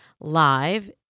Live